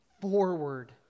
forward